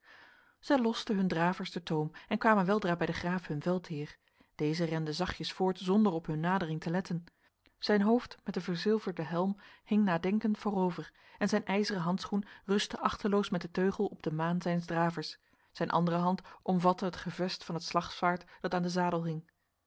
zij losten hun dravers de toom en kwamen weldra bij de graaf hun veldheer deze rende zachtjes voort zonder op hun nadering te letten zijn hoofd met de verzilverde helm hing nadenkend voorover en zijn ijzeren handschoen rustte achteloos met de teugel op de maan zijns dravers zijn andere hand omvatte het gevest van het slagzwaard dat aan de zadel hing